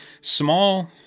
small